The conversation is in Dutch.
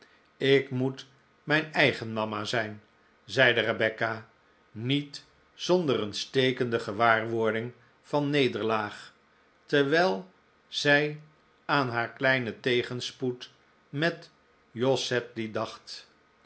ik moet mijn eigen mama zijn zeide rebecca niet zonder een stekende gewaarwording van nederlaag terwijl zij aan haar kleinen tegenspoed met jos sedley dacht